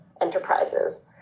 enterprises